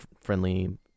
friendly